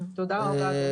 תודה רבה, אדוני.